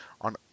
on